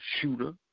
shooter